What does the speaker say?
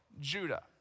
Judah